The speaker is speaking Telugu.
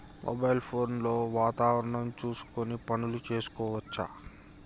మొబైల్ ఫోన్ లో వాతావరణం చూసుకొని పనులు చేసుకోవచ్చా?